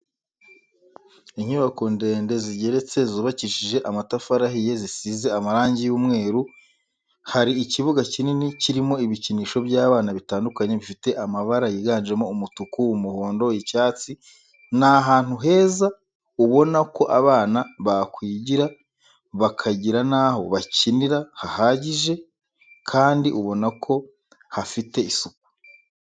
Inyubako ndende zigeretse zubakishije amatafari ahiye zisize amarangi y'umweru hari ikibuga kinini kirimo ibikinisho by'abana bitandukanye bifite amabara yiganjemo umutuku, umuhondo, icyatsi ni ahantu heza ubona ko abana bakwigira bakagira n'aho bakinira hahagije, kandi ubonako hafite isuku.